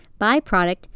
byproduct